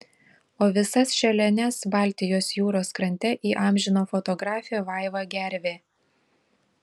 o visas šėliones baltijos jūros krante įamžino fotografė vaiva gervė